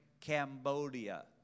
Cambodia